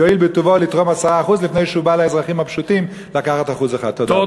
יואיל בטובו לתרום 10% לפני שהוא בא לאזרחים הפשוטים לקחת 1%. תודה.